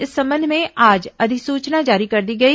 इस संबंध में आज अधिसूचना जारी कर दी गई